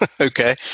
Okay